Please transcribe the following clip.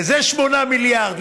לזה 8 מיליארד,